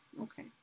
Okay